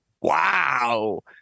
Wow